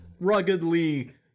ruggedly